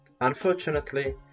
unfortunately